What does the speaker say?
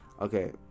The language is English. okay